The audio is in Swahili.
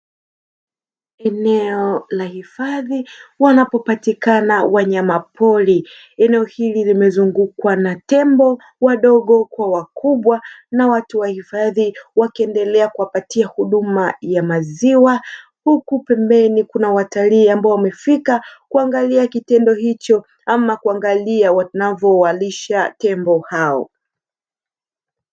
Eneo la hifadhi wanapopatikana wanyamapori, eneo hili limezungukwa na tembo wadogo kwa wakubwa na watu wahifadhi wakiendelea kuwapatia huduma ya maziwa huku pembeni kuna watalii ambao wamefika kuangalia kitendo hicho ama kuangalia wanavyowalisha tembo hao.